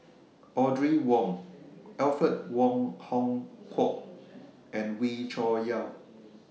Audrey Wong Alfred Wong Hong Kwok and Wee Cho Yaw